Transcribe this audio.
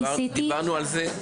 דיברנו על זה.